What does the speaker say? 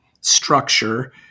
structure